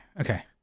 okay